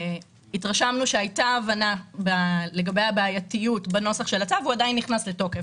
התרשמנו שהייתה הבנה לגבי בעייתיות נוסח הצו ולמרות זאת הוא נכנס לתוקף.